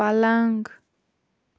پلنٛگ